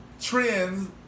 trends